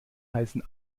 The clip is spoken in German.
heißen